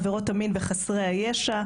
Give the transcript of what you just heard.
עבירות המין וחסרי הישע,